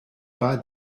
pas